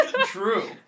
True